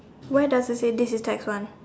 where does it say this is tax one